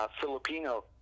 Filipino